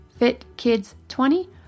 FITKIDS20